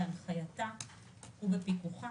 בהנחייתה ובפיקוחה,